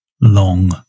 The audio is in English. Long